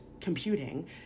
computing